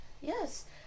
yes